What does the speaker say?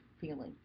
feeling